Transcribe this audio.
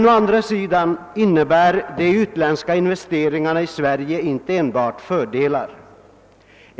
Å andra sidan innebär de utländska investeringarna i Sverige inte enbart fördelar.